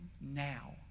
now